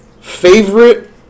Favorite